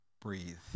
breathe